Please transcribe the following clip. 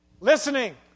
Listening